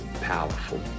powerful